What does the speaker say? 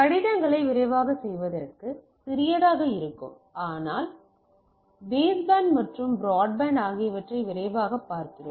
கடிதங்களைச் விரைவாகச் செய்வதற்கு சிறியதாக இருக்கும் ஆனாலும் பேஸ்பேண்ட் மற்றும் பிராட்பேண்ட் ஆகியவற்றை விரைவாகப் பார்க்கிறோம்